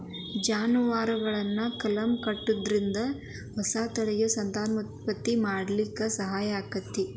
ಜಾನುವಾರುಗಳನ್ನ ಕಲಂ ಕಟ್ಟುದ್ರಿಂದ ಹೊಸ ತಳಿಗಳನ್ನ ಸಂತಾನೋತ್ಪತ್ತಿ ಮಾಡಾಕ ಸಹಾಯ ಆಕ್ಕೆತಿ